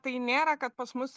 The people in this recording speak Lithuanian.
tai nėra kad pas mus